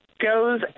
goes